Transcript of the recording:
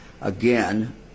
Again